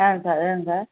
ஆ sir ம் sir